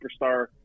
superstar